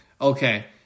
okay